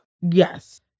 Yes